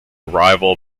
rival